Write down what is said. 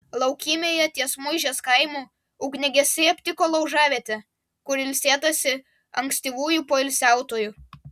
laukymėje ties muižės kaimu ugniagesiai aptiko laužavietę kur ilsėtasi ankstyvųjų poilsiautojų